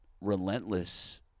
relentless